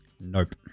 nope